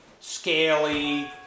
scaly